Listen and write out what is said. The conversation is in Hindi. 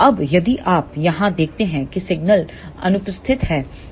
अब यदि आप यहां देखते हैं कि सिग्नल अनुपस्थित है